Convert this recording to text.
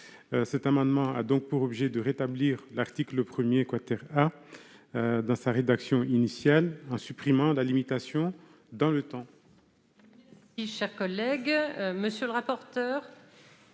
Cet amendement a donc pour objet de rétablir l'article 1 A dans sa rédaction initiale, en supprimant cette limitation dans le temps.